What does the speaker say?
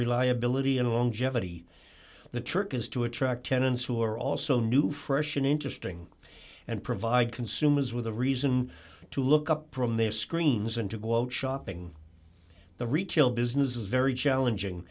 reliability and longevity the church has to attract tenants who are also new fresh and interesting and provide consumers with a reason to look up from their screens and to quote shopping the retail business is very challenging